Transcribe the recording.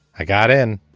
i got in.